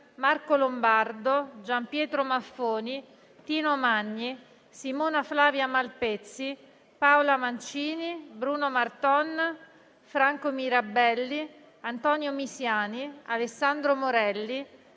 Grazie a tutti